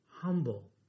humble